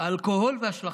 אלכוהול והשלכותיו,